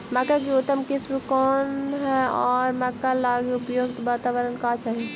मक्का की उतम किस्म कौन है और मक्का लागि उपयुक्त बाताबरण का चाही?